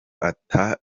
ata